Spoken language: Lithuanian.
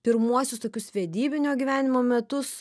pirmuosius tokius vedybinio gyvenimo metus